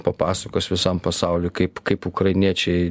papasakos visam pasauliui kaip kaip ukrainiečiai